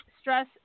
stress